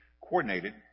coordinated